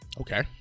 Okay